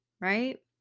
Right